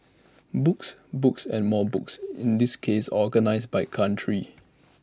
books books and more books in this case organised by country